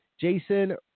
Jason